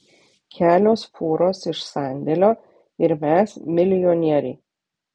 kelios fūros iš sandėlio ir mes milijonieriai